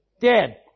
dead